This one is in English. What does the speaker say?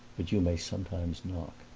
but you may sometimes knock.